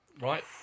right